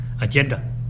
agenda